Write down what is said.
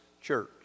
church